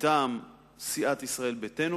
מטעם סיעת ישראל ביתנו,